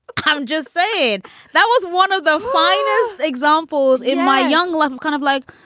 um just said that was one of the finest examples in my young life kind of like,